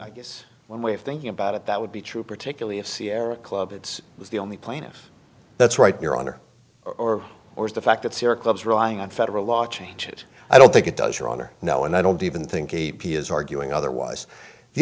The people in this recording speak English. i guess one way of thinking about it that would be true particularly if sierra club it was the only plaintiff that's right your honor or is the fact that sierra club's relying on federal law changes i don't think it does your honor now and i don't even think a p is arguing otherwise the